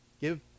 give